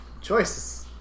Choices